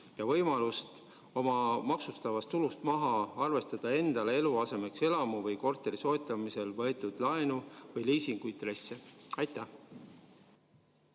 ja võimalust oma maksustatavast tulust maha arvestada endale eluasemeks elamu või korteri soetamiseks võetud laenu või liisingu intresse? Aitäh,